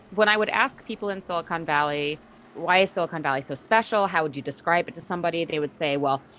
when i would ask people in silicon valley why is silicon valley so special, how would you describe it to somebody? they would say, well,